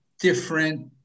different